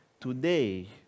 today